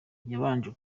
yabanje